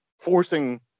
forcing